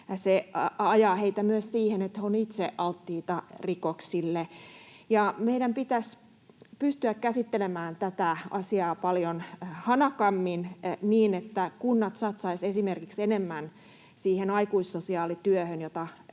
Se ajaa heitä myös siihen, että he ovat itse alttiita rikoksille. Meidän pitäisi pystyä käsittelemään tätä asiaa paljon hanakammin niin, että kunnat satsaisivat enemmän esimerkiksi siihen aikuissosiaalityöhön, jota